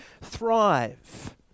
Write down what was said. thrive